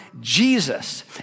Jesus